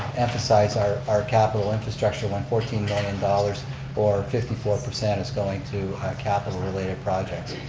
emphasize our our capital infrastructure, when fourteen million dollars or fifty four percent is going to capital-related projects.